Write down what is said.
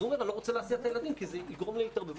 אז אני לא רוצה להסיע את הילדים כי זה יגרום להתערבבות,